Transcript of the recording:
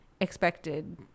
expected